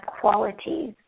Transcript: qualities